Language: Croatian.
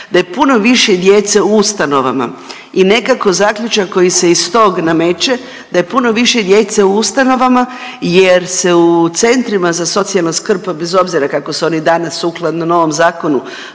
da je puno više djece u ustanovama i nekako zaključak koji se iz tog nameće, da je puno više djece u ustanovama jer se u centrima za socijalnu skrb, bez obzira kako se oni danas sukladno novom zakonu